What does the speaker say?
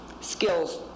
skills